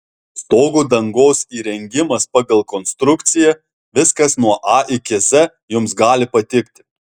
stogo dangos įrengimas pagal konstrukciją viskas nuo a iki z jums gali patikti